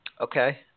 okay